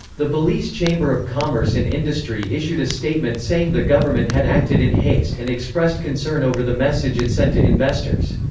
the belize chamber of commerce and industry issued a statement saying the government had acted in haste and expressed concern over the message it sent to investors.